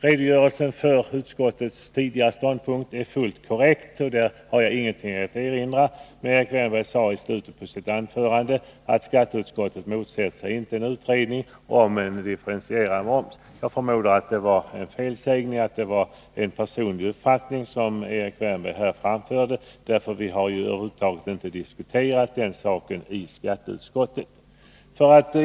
Redogörelsen för utskottets tidigare ståndpunkt är fullt korrekt, och jag har ingenting att erinra mot den. Men i slutet av sitt anförande sade Erik Wärnberg att skatteutskottet inte motsätter sig en utredning om en differentierad moms. Jag förmodar att det var en felsägning och att det var en personlig uppfattning som Erik Wärnberg framförde. Vi har nämligen över huvud taget inte diskuterat den frågan i skatteutskottet.